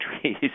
trees